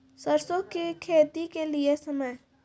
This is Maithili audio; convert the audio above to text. सरसों की खेती के लिए समय?